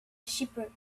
shepherd